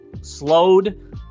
slowed